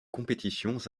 compétitions